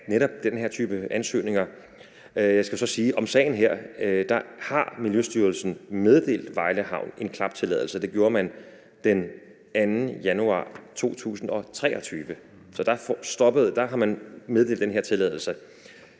netop den her type ansøgninger. Jeg skal så sige om sagen her, at Miljøstyrelsen har meddelt Vejle Havn en klaptilladelse. Det gjorde man den 2. januar 2023. Der har man meddelt den her tilladelse.